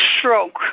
stroke